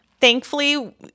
thankfully